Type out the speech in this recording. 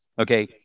okay